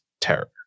terror